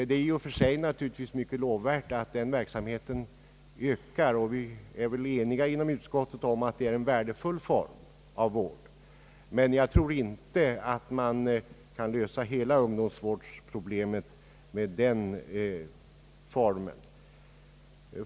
Det är i och för sig naturligtvis mycket lovvärt att denna verksamhet ökar i omfattning, och vi är inom utskottet eniga om att det är en mycket värdefull form av vård. Men vi tror inte att man kan lösa hela ungdomsvårdsproblemet i denna form.